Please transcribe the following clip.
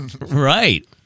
Right